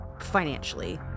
financially